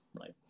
right